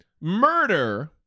murder